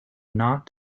not